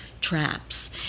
traps